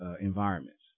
environments